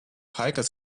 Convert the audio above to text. hikers